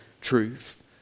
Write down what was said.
truth